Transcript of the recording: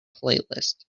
playlist